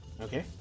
Okay